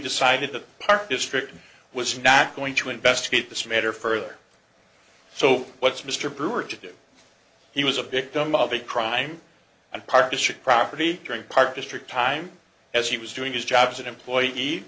decided the park district was not going to investigate this matter further so what's mr brewer to do he was a victim of a crime and park district property during part district time as he was doing his job as an employee eat